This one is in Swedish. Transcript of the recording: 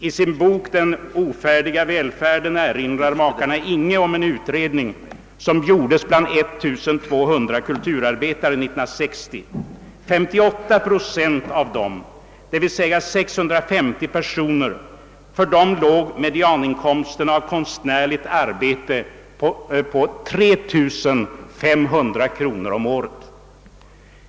I sin bok »Den ofärdiga välfärden» erinrar makarna Inghe om en utredning som gjordes bland 1200 kulturarbetare år 1960. För 58 procent av dessa — d. v. s. 650 personer — låg medianinkomsten av konstnärligt arbete på 3 500 kronor per år. Herr talman!